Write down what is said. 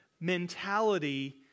mentality